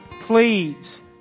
please